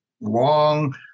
long